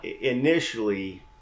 initially